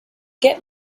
get